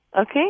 Okay